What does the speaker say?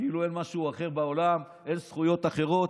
כאילו אין משהו אחר בעולם, אין זכויות אחרות.